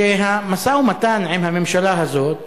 שהמשא-ומתן עם הממשלה הזאת